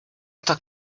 talk